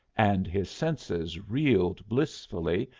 and his senses reeled blissfully,